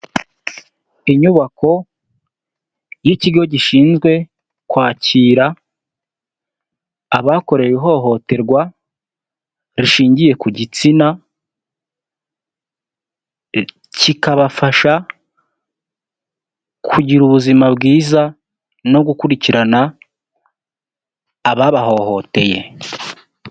Inyubako y'ikigo gishinzwe kwakira abakorewe ihohoterwa rishingiye ku gitsina kikabafasha kugira ubuzima bwiza no gukurikirana ababahohoteye.